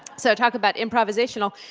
so talk about improvisational!